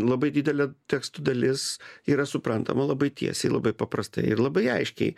labai didelė tekstų dalis yra suprantama labai tiesiai labai paprastai ir labai aiškiai